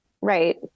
Right